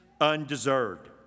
undeserved